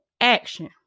action